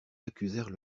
accusèrent